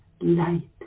light